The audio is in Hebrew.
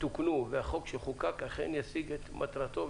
שתוקנו והחוק שחוקק אכן ישיג את מטרתו.